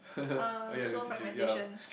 um soul fragmentation